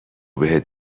بهت